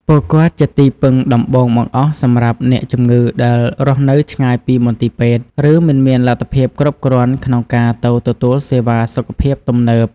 ពួកគាត់ជាទីពឹងដំបូងបង្អស់សម្រាប់អ្នកជំងឺដែលរស់នៅឆ្ងាយពីមន្ទីរពេទ្យ ឬមិនមានលទ្ធភាពគ្រប់គ្រាន់ក្នុងការទៅទទួលសេវាសុខភាពទំនើប។